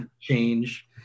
change